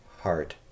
heart